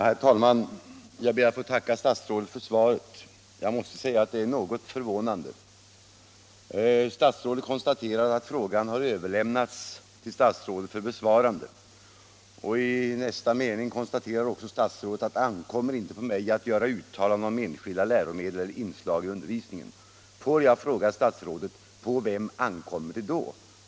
Herr talman! Jag ber att få tacka statsrådet för svaret, men jag måste säga att det är något förvånande. Statsrådet konstaterar att frågan har överlämnats till henne för besvarande, och i nästa mening fastslår statsrådet: ”Det ankommer inte på mig att göra uttalanden om enskilda läromedel eller inslag i undervisningen.” Får jag fråga statsrådet: På vem ankommer det då?